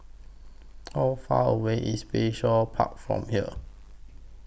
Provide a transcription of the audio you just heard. How Far away IS Bayshore Park from here